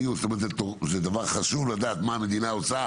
זאת אומרת זה דבר חשוב לדעת מה המדינה עושה